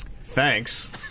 thanks